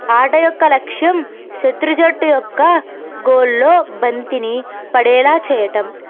ఆట యొక్క లక్ష్యం శత్రు జట్టు యొక్క గోల్లో బంతిని పడేలా చేయటం